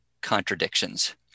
contradictions